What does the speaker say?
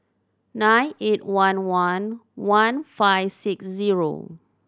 nine eight one one one five six zero